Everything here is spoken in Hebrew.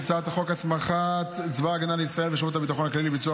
את הצעת חוק הסמכת צבא הגנה לישראל ושירות הביטחון הכללי לביצוע